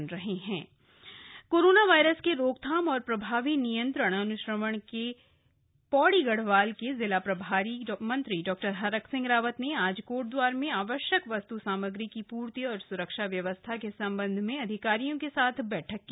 corona Pauri corona virus के रोकथाम और प्रभावी नियंत्रणअन्श्रवण के पौड़ी गढ़वाल के जिला प्रभारी मंत्री डा हरक सिंह रावत ने आज कोटदवार में आवश्यक वस्त् सामग्री की पूर्ति और सुरक्षा व्यवस्था के संबंध में अधिकारियों के साथ बैठक की